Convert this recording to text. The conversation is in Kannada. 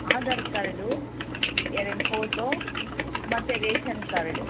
ಆಧಾರ್ ಕಾರ್ಡು ಎರಡು ಫೋಟೊ ಮತ್ತು ರೇಷನ್ ಕಾರ್ಡ್